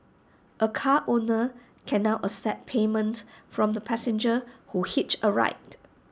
A car owner can now accept payment from the passengers who hitch A ride